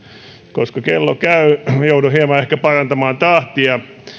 koska kello käy joudun hieman ehkä parantamaan tahtia